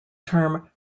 term